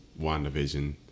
Wandavision